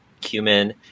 cumin